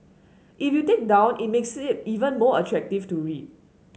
if you take down it makes it even more attractive to read